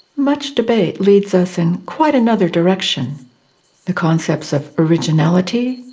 much debate leads us in quite another direction the concepts of originality,